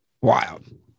wild